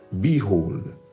behold